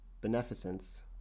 beneficence